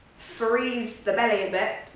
frees the belly a bit.